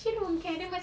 !eww!